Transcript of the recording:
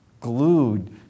glued